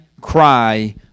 cry